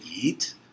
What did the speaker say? eat